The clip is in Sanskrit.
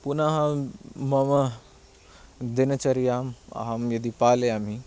पुनः मम दिनचर्याम् अहं यदि पालयामि